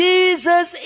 Jesus